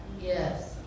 Yes